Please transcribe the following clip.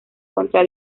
contra